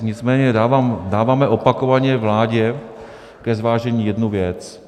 Nicméně dáváme opakovaně vládě ke zvážení jednu věc.